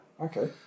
Okay